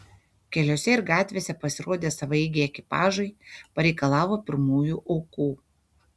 keliuose ir gatvėse pasirodę savaeigiai ekipažai pareikalavo pirmųjų aukų